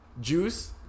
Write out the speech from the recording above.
Juice